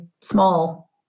small